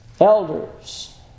Elders